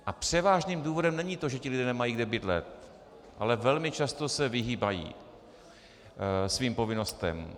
A převážným důvodem není to, že ti lidé nemají kde bydlet, ale velmi často se vyhýbají svým povinnostem.